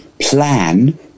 plan